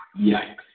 Yikes